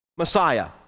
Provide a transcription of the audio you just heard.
Messiah